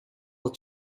with